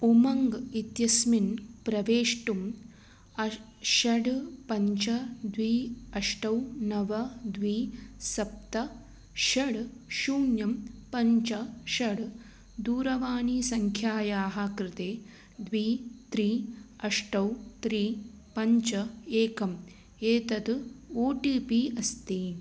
उमङ्ग् इत्यस्मिन् प्रवेष्टुम् अष्ट षट् पञ्च द्वे अष्ट नव द्वे सप्त षट् शून्यं पञ्च षट् दूरवाणीसङ्ख्यायाः कृते द्वे त्रीणि अष्ट त्रीणि पञ्च एकम् एतत् ओ टि पि अस्ति